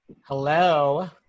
Hello